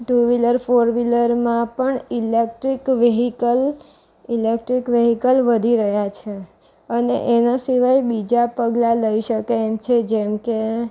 two wheeler four વ્હીલરમાં પણ electric vehicle electric vehicle વધી રહ્યાં છે અને એના સિવાય બીજા પગલાં લઈ શકાય એમ છે જેમકે